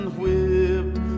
whipped